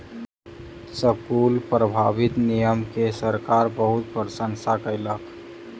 शुल्क प्रभावी नियम के सरकार बहुत प्रशंसा केलक